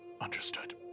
understood